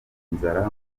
inzara